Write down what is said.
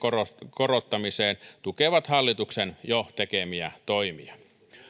korottamiseen tukevat hallituksen jo tekemiä toimia